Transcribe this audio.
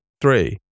three